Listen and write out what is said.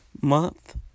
month